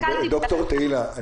דוקטור תהילה,